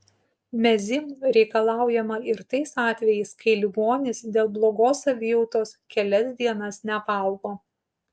mezym reikalaujama ir tais atvejais kai ligonis dėl blogos savijautos kelias dienas nevalgo